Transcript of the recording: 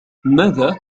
ماذا